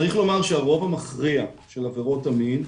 צריך לומר שהרוב המכריע של עבירות המין,